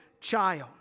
child